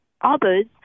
others